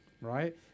right